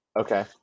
Okay